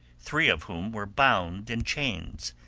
three of whom were bound in chains,